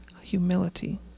humility